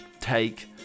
take